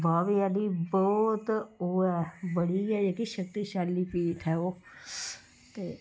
बावे आह्ली बोह्त ओह् ऐ बड़ी गै जेह्की शक्तिशाली पीठ ऐ ओह् ते